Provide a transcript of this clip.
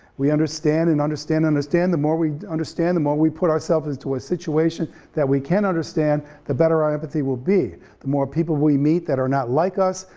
we understand and understand and understand, the more we understand, the more we put ourselves into a situation that we can understand, the better our empathy will be, the more people we meet that are not like us,